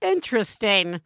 Interesting